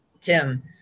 Tim